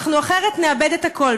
אנחנו אחרת נאבד את הכול.